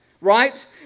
Right